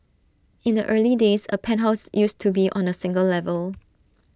in the early days A penthouse used to be on A single level